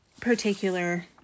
particular